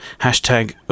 Hashtag